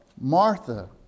Martha